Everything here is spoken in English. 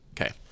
Okay